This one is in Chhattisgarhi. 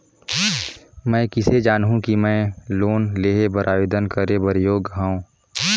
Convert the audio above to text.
मैं किसे जानहूं कि मैं लोन लेहे बर आवेदन करे बर योग्य हंव?